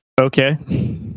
Okay